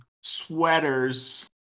sweaters